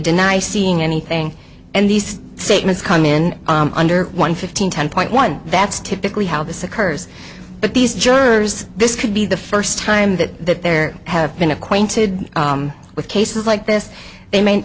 deny seeing anything and these statements come in under one fifteen ten point one that's typically how this occurs but these jurors this could be the first time that there have been acquainted with cases like this they may